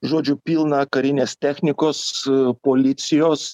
žodžiu pilna karinės technikos policijos